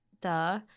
duh